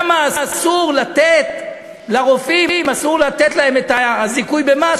אומר למה אסור לתת לרופאים את הזיכוי במס